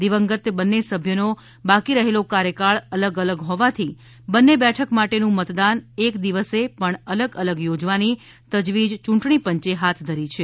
દિવંગત બંને સભ્ય નો બાકી રહેલો કાર્યકાલ અલગ અલગ હોવાથી બંને બેઠક માટેનું મતદાન એક દિવસે પણ અલગ અલગ યોજવાની તજવીજ યૂંટણી પંચે હાથ ધરી છે